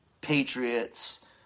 patriots